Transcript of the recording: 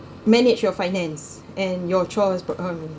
manage your finance and your chores but hmm